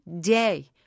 day